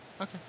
okay